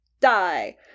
Die